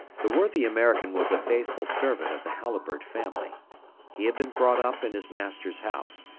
the worthy american was a faithful servant of the halliburtt family he had been brought up in his master's house,